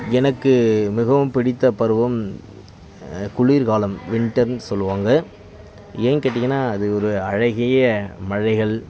எனக்கு மிகவும் பிடித்தப் பருவம் குளிர்காலம் வின்டர்ன்னு சொல்லுவாங்க ஏன்னு கேட்டிங்கன்னா அது ஒரு அழகிய மலைகள்